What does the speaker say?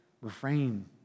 refrain